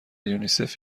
یونیسف